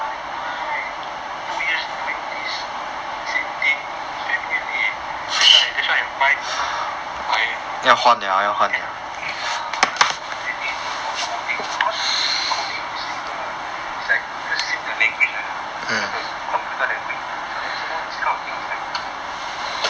I know right two years doing this same thing 谁不会累 that's why that's why my moment I had ya I heard there's a opportunity to do coding cause to me coding 也是一个 it's like 一个新的 language 来的 just that it's a computer language so and some more these kind of thing is like it's not oh